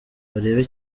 barebe